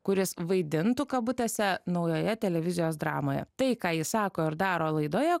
kuris vaidintų kabutėse naujoje televizijos dramoje tai ką ji sako ir daro laidoje